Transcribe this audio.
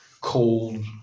cold